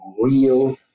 real